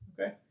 Okay